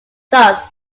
thus